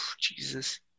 Jesus